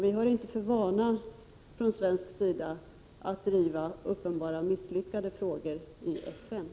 Vi har inte för vana från svensk sida att i FN driva frågor som uppenbart kommer att misslyckas.